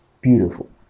beautiful